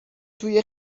توی